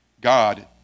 God